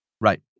Right